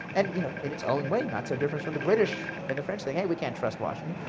and you know in its own way, not so different from the british and the french saying, hey, we can't trust washington.